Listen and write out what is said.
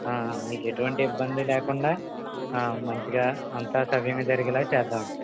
మీకు ఎటువంటి ఇబ్బంది లేకుండా మంచిగా అంత సవ్యంగా జరిగేలాగా చేద్దాం